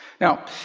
Now